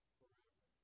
forever